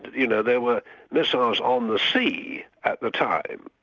you know, there were missiles on the sea at the time,